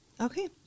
Okay